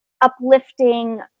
uplifting